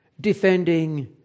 defending